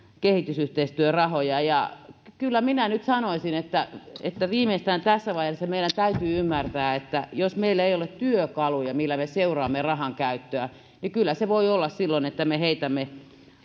kehitysyhteistyörahoja kyllä minä nyt sanoisin että että viimeistään tässä vaiheessa meidän täytyy ymmärtää että jos meillä ei ole työkaluja millä me seuraamme rahankäyttöä niin kyllä se voi olla silloin niin että me heitämme